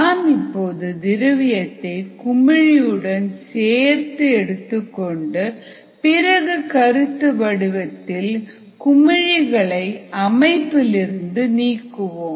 நாம் இப்போது திரவியத்தை குமிழியுடன் சேர்த்து எடுத்துக்கொண்டு பிறகு கருத்து வடிவத்தில் குமிழிகளை அமைப்பிலிருந்து நீக்குவோம்